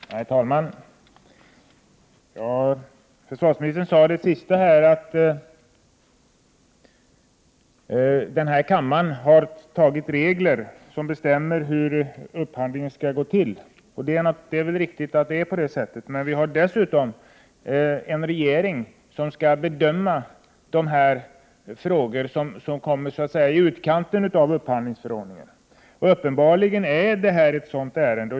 Herr talman! Försvarsministern sade avslutningsvis att denna kammare har fastställt regler som bestämmer hur upphandlingen skall gå till. Det är riktigt. Vi har emellertid en regering som skall bedöma de frågor som hamnar i utkanten av upphandlingsförordningen. Det här är uppenbarligen ett sådant ärende.